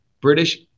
British